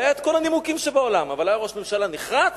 היו כל הנימוקים שבעולם, אבל היה ראש ממשלה נחרץ,